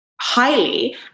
highly